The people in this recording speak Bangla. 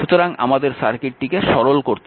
সুতরাং আমাদের সার্কিটটিকে সরল করতে হবে